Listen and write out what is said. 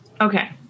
Okay